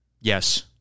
Yes